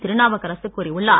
திருநாவுக்கரசு கூறியுள்ளார்